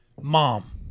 mom